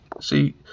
See